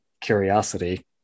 curiosity